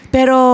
Pero